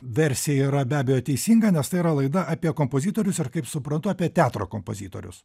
versija yra be abejo teisinga nes tai yra laida apie kompozitorius ar kaip suprantu apie teatro kompozitorius